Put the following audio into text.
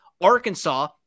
Arkansas